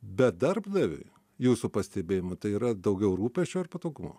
bet darbdaviui jūsų pastebėjimu tai yra daugiau rūpesčio ar patogumo